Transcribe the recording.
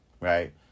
right